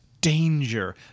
danger